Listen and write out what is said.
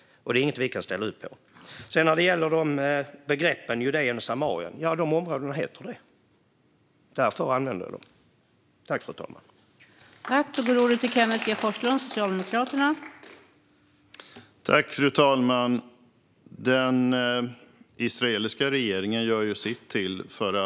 Det är inget som vi kan ställa upp på. När det gäller begreppen Judeen och Samarien så är det vad dessa områden heter. Därför använder jag de begreppen.